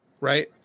Right